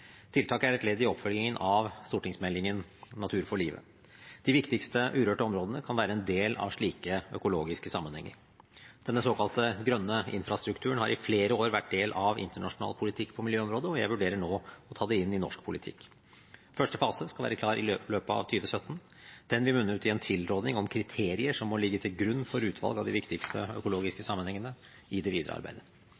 er et ledd i oppfølgingen av stortingsmeldingen Natur for livet. De viktigste urørte områdene kan være en del av slike økologiske sammenhenger. Den såkalt grønne infrastrukturen har i flere år vært del av internasjonal politikk på miljøområdet, og jeg vurderer nå å ta det inn i norsk politikk. Første fase skal være klar i løpet av 2017. Den vil munne ut i en tilrådning om kriterier som må ligge til grunn for utvalg av de viktigste økologiske